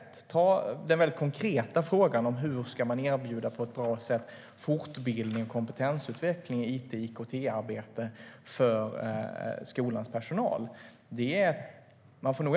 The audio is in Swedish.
Det är inte lätt att lösa den konkreta frågan om hur man på ett bra sätt ska erbjuda fortbildning och kompetensutveckling i it och IKT-arbete för skolans personal.